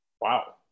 Wow